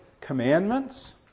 commandments